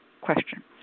question